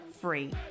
free